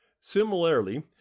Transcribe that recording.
Similarly